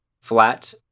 flat